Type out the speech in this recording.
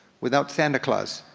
without santa claus,